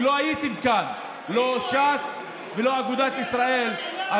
כי לא הייתם כאן, לא ש"ס ולא אגודת ישראל.